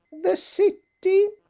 the city,